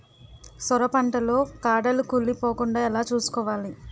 సొర పంట లో కాడలు కుళ్ళి పోకుండా ఎలా చూసుకోవాలి?